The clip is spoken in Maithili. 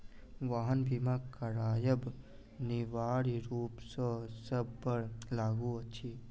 वाहन बीमा करायब अनिवार्य रूप सॅ सभ पर लागू अछि